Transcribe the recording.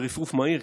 ברפרוף מהיר,